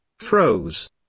Froze